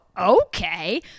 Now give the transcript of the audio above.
okay